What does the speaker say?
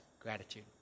gratitude